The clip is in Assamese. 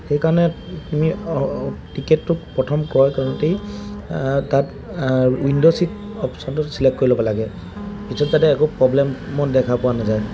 সেইকাৰণে তুমি টিকেটটো প্ৰথম ক্ৰয় কৰোতেই তাত উইণ্ড' ছিট অপচনটো ছিলেক্ট কৰি ল'ব লাগে পিছত যাতে একো প্ৰব্লেম দেখা পোৱা নাযায়